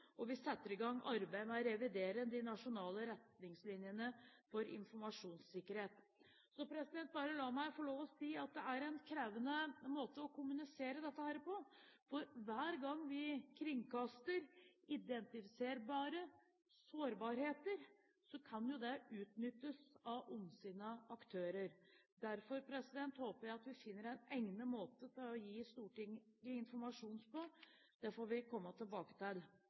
gang arbeidet med å revidere de nasjonale retningslinjene for informasjonssikkerhet. Bare la meg få lov å si at det er en krevende måte å kommunisere dette på, for hver gang vi kringkaster identifiserbare sårbarheter, kan jo det utnyttes av ondsinnede aktører. Derfor håper jeg at vi finner en egnet måte å gi Stortinget slik informasjon på. Det får vi komme tilbake til.